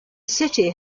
city